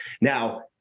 Now